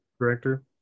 director